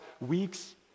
weeks